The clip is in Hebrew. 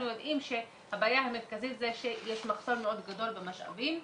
אנחנו יודעים שהבעיה המרכזית זה שיש מחסור מאוד גדול במשאבים.